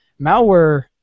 malware